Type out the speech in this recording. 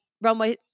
runway